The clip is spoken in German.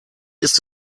ist